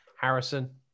Harrison